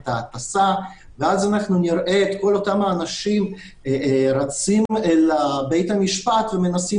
ואז נראה את כל האנשים רצים אל בית המשפט ומנסים